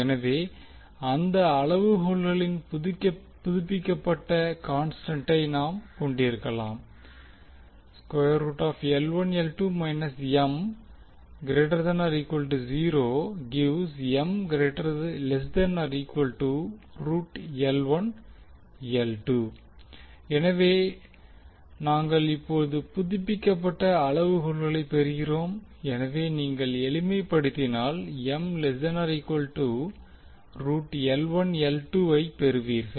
எனவே அந்த அளவுகோல்களின் புதுப்பிக்கப்பட்ட கான்ஸ்டன்டை நாம் கொண்டிருக்கலாம் எனவே நாங்கள் இப்போது புதுப்பிக்கப்பட்ட அளவுகோல்களைப் பெறுகிறோம் எனவே நீங்கள் எளிமைப்படுத்தினால் ஐப் பெறுவீர்கள்